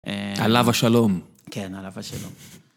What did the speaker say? עליו השלום. כן, עליו השלום.